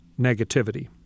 negativity